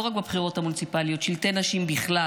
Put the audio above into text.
לא רק בבחירות המוניציפליות, שלטי נשים בכלל